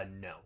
no